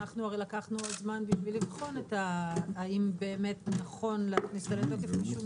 אנחנו הרי לקחנו זמן בשביל לבחון האם באמת נכון להכניס אותה לתוקף משום